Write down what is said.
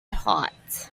hot